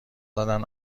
دارند